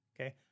Okay